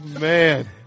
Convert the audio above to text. man